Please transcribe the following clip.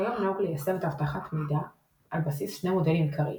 כיום נהוג ליישם אבטחת מידע על בסיס שני מודלים עיקריים.